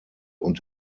und